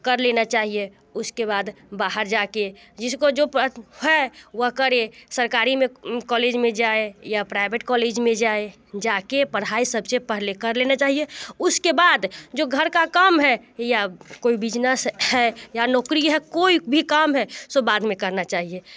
कर लेना चाहिए उसके बाद बाहर जा कर जिसके जो है वह करे सरकारी में कॉलेज में जाए या प्राइवेट कॉलेज में जाए जा कर पढ़ाई सब से पहले कर लेना चाहिए उसके बाद जो घर का काम है या कोई बिजनेस है या नौकरी है कोई भी काम है सो बाद में करना चाहिए